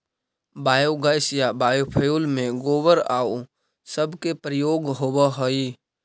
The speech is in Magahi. बायोगैस या बायोफ्यूल में गोबर आउ सब के प्रयोग होवऽ हई